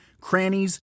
crannies